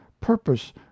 purpose